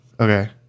Okay